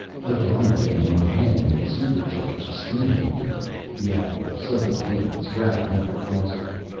but they aren't getting my handmade, super-charged steamobile! he added with sudden vehemence, grabbing up the crossbow.